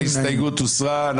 ההסתייגות הוסרה.